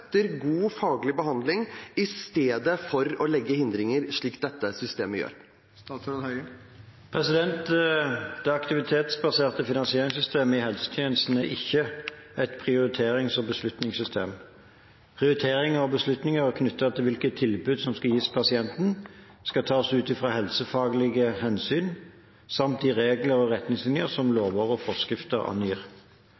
legge hindringer?» De aktivitetsbaserte finansieringssystemene i helsetjenesten er ikke prioriterings- og beslutningssystemer. Prioriteringene og beslutningene knyttet til hvilke tilbud som skal gis pasientene, skal foretas ut fra helsefaglige hensyn samt de regler og retningslinjer som